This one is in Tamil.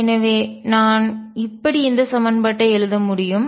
எனவே நான் இப்படி இந்த சமன்பாட்டை எழுத முடியும்